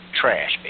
trash